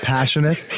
Passionate